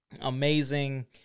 amazing